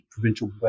provincial